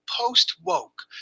Post-Woke